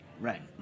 Right